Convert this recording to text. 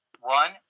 One